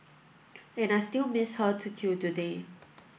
and I still miss her too till today